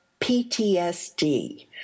PTSD